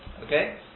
Okay